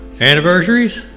Anniversaries